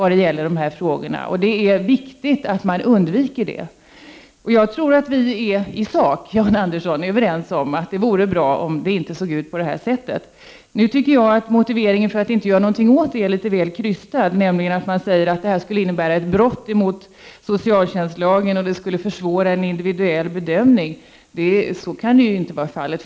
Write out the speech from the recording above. Det är viktigt att undvika sådant. Jag tror att vi är överens i sak, Jan Andersson, om att det vore bra om det inte såg ut på det här sättet. Motiveringen för att inte göra någonting åt det tycker jag är litet väl krystad, nämligen att detta skulle innebära ett brott mot socialtjänstlagen och försvåra en individuell bedömning. Så kan inte vara fallet.